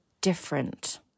different